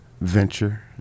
venture